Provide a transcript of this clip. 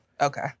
Okay